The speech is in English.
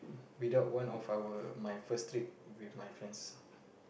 without one of our my first trip with my friends